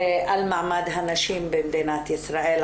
על מעמד הנשים במדינת ישראל,